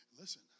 Listen